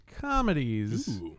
Comedies